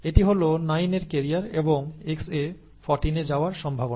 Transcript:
এটি হল 9 এর ক্যারিয়ার এবং Xa 14 এ যাওয়ার সম্ভাবনা